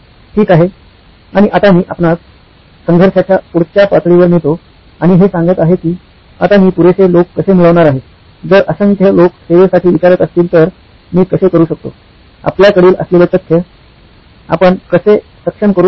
ठीक आहे आणि आता मी आपणास संघर्षाच्या पुढच्या पातळीवर नेतो आणि हे सांगत आहे की आता मी पुरेसे लोक कसे मिळवणार आहे जर असंख्य लोक सेवेसाठी विचारत असतील तर मी कसे करू शकतो आपल्याकडील असलेले तथ्य आपण कसे सक्षम करू शकतो